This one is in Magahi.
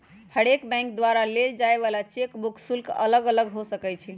हरेक बैंक द्वारा लेल जाय वला चेक बुक शुल्क अलग अलग हो सकइ छै